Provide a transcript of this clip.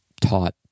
taught